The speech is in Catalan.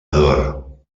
ador